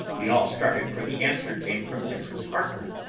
we all started, for the answer came from mrs. harker.